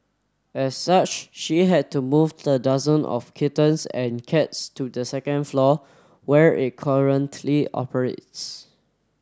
as such she had to move the dozen of kittens and cats to the second floor where it currently operates